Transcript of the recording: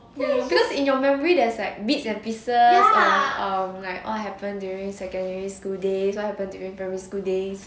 ya because in your memory that's like bit and pieces on um like what happened during secondary school days what happened during primary school days